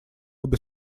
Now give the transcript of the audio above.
обе